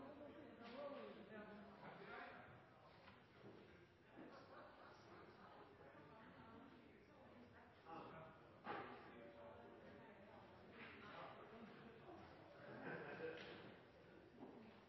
kan bidra til